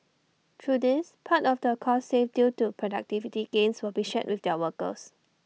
through this part of the costs saved due to productivity gains will be shared with their workers